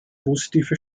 positive